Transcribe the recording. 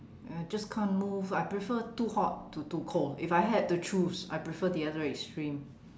I just can't move I prefer too hot to too cold if I had to choose I prefer the other extreme